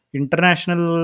international